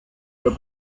der